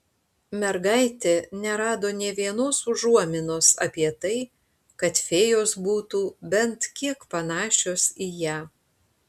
mergaitė nerado nė vienos užuominos apie tai kad fėjos būtų bent kiek panašios į ją